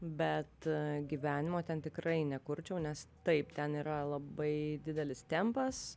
bet gyvenimo ten tikrai nekurčiau nes taip ten yra labai didelis tempas